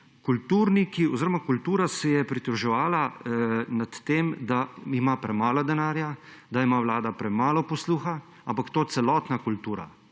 Kulturniki oziroma kultura se je pritoževala nad tem, da ima premalo denarja, da ima vlada premalo posluha, ampak to celotna kultura,